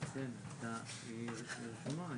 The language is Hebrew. אז מבחינה מקצועית היא כמובן תסביר את הצורך בהארכה.